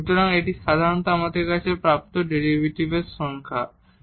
সুতরাং এটি সাধারণত আমাদের কাছে প্রাপ্ত ডেরিভেটিভের সংজ্ঞা